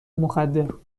مخدر